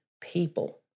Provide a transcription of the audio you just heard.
people